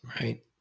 right